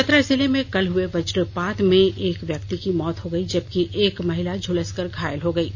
चतरा जिले में कल हुए वज्रपात में एक व्यक्ति की मौत हो गयी जबकि एक महिला झुलस कर घायल हो गयी